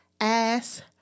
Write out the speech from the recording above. ass